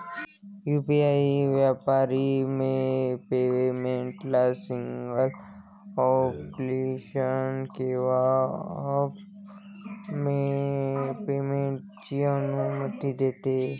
UPI व्यापारी पेमेंटला single application किंवा ॲप पेमेंटची अनुमती देते